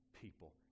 people